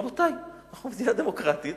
רבותי, אנחנו מדינה דמוקרטית